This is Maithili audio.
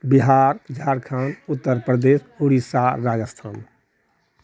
बिहार झारखण्ड उत्तरप्रदेश उड़ीसा राजस्थान